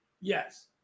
Yes